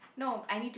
no I need to